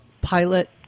pilot